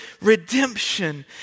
redemption